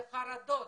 לחרדות.